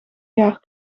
jaar